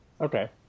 Okay